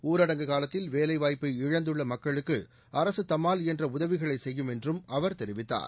ஊரடங்கு காலத்தில் வேலைவாய்ப்பை இழந்துள்ள மக்களுக்கு அரசு தம்மால் இயன்ற உதவிகளை செய்யும் என்றும் அவர் தெரிவித்தார்